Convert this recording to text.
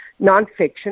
nonfiction